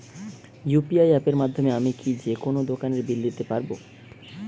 UPI অ্যাপের মাধ্যমে আমি কি যেকোনো দোকানের বিল দিতে পারবো?